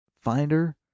finder